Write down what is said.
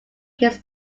his